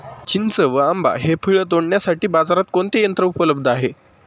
चिंच व आंबा हि फळे तोडण्यासाठी बाजारात कोणते यंत्र उपलब्ध आहे?